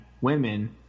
women